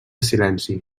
silenci